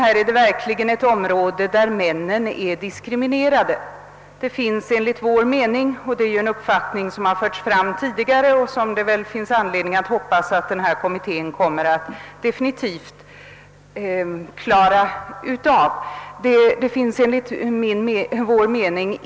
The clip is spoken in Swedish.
På detta område är männen verkligen diskriminerade. Enligt vår mening finns det — denna uppfattning har tidigare framförts — anledning hoppas att pensionsförsäkringskommittén verkligen skall lösa frågan.